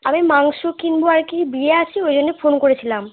আমি মাংস কিনব আর কি বিয়ে আছে ওই জন্যে ফোন করেছিলাম